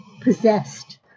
possessed